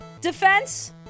Defense